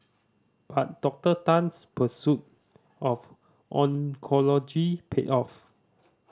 but Doctor Tan's pursuit of oncology paid off